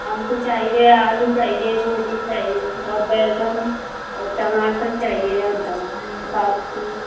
हमको चाहिए आलू चाहिए गोभी चाहिए और बैंगन और टमाटर चाहिए और धनिया पत्ती की